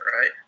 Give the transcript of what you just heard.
right